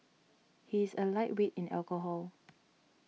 he is a lightweight in alcohol